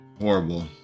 Horrible